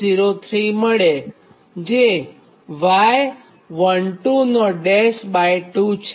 03 મળે જે y122 છે